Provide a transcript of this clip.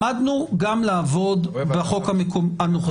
למדנו גם לעבוד בחוק הנוכחי.